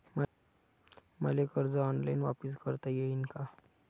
मले कर्ज ऑनलाईन वापिस करता येईन का?